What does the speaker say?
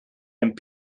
and